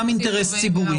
גם אינטרס ציבורי,